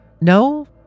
No